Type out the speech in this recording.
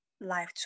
life